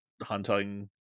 Hunting